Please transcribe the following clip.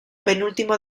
penúltimo